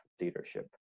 leadership